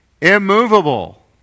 immovable